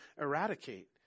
eradicate